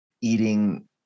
eating